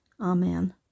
Amen